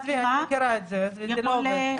אני מכירה את זה, זה לא עובד.